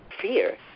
fear